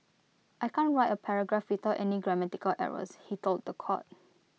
I can't write A paragraph without any grammatical errors he told The Court